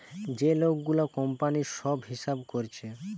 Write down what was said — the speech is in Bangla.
যে লোক গুলা কোম্পানির সব হিসাব কোরছে